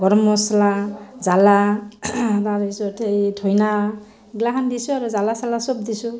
গৰম মছলা জ্বালা তাৰপিছত এই ধইনা এইগিলাখান দিছোঁ আৰু জ্বালা চালা চব দিছোঁ